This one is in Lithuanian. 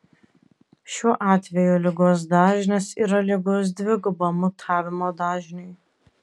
šiuo atveju ligos dažnis yra lygus dvigubam mutavimo dažniui